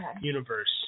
universe